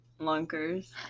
lunkers